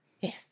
Yes